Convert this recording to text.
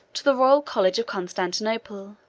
to the royal college of constantinople,